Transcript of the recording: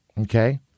Okay